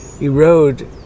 erode